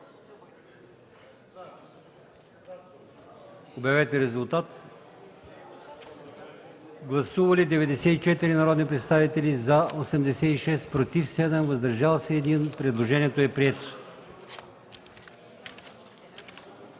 Обявете резултат. Гласували 94 народни представители: за 86, против 7, въздържал се 1. Предложението е прието.